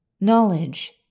knowledge